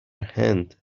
هند